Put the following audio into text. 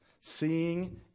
Seeing